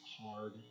hard